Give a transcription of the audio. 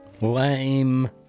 Lame